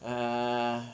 ah